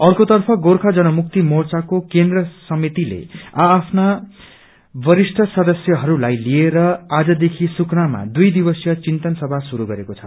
अर्कोतर्फ गोर्खा जनमुक्ति मोर्चाको केन्द्र समितिले आफा वरिष्ठ सदस्यहरूलाई लिएर आजदेखि सुकुनामा दुई दिवसीय चिन्तन सभा शुरू गरेको छ